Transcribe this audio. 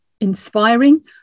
inspiring